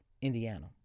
Indiana